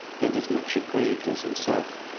and as much grieved as himself.